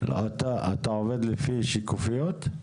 אתה עובד עם שקופיות?